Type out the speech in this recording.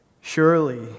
Surely